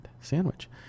sandwich